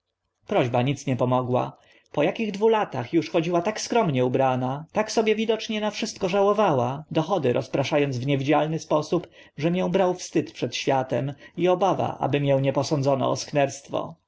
prośba nic nie pomogła po akich dwóch latach uż chodziła tak skromnie ubrana tak sobie widocznie na wszystko żałowała dochody rozprasza ąc w niewidzialny sposób że mię brał wstyd przed światem i obawa aby mię nie posądzono o